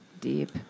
Deep